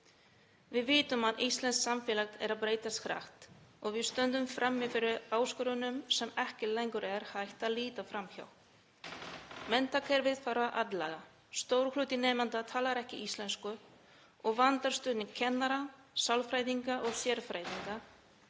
Við vitum að íslenskt samfélag er að breytast hratt og við stöndum frammi fyrir áskorunum sem ekki er lengur hægt að líta fram hjá. Menntakerfið þarf að aðlaga. Stór hluti nemenda talar ekki íslensku og vantar stuðning kennara, sálfræðinga og sérfræðinga.